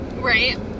Right